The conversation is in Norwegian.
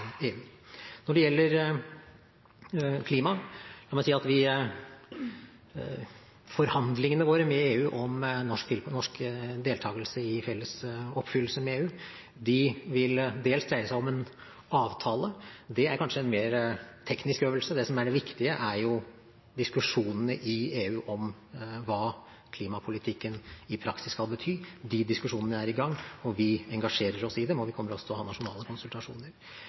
felles oppfyllelse med EU dels vil dreie seg om en avtale. Det er kanskje en mer teknisk øvelse. Det som er det viktige, er diskusjonene i EU om hva klimapolitikken i praksis skal bety. De diskusjonene er i gang, vi engasjerer oss i dem, og vi kommer også til å ha nasjonale konsultasjoner.